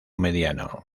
mediano